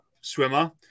swimmer